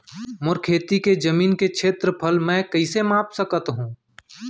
मोर खेती के जमीन के क्षेत्रफल मैं कइसे माप सकत हो?